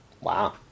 Wow